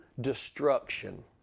destruction